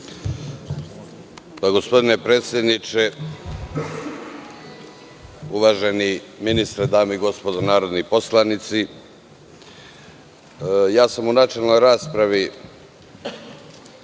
Gospodine predsedniče, uvaženi ministre, dame i gospodo narodni poslanici, ja sam u načelnoj raspravi